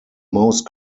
most